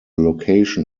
location